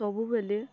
ସବୁବେଳେ